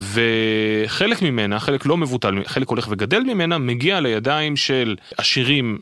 וחלק ממנה, חלק לא מבוטל, חלק הולך וגדל ממנה, מגיע לידיים של עשירים.